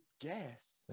guess